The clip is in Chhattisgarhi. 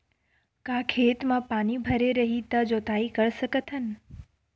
का खेत म पानी भरे रही त जोताई कर सकत हन?